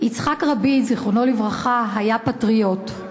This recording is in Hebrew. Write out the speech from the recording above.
יצחק רבין, זיכרונו לברכה היה פטריוט.